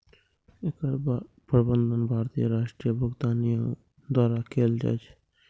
एकर प्रबंधन भारतीय राष्ट्रीय भुगतान निगम द्वारा कैल जाइ छै